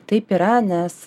taip yra nes